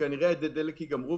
וכנראה אדי הדלק ייגמרו,